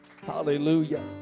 Hallelujah